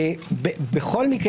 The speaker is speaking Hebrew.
בכל מקרה,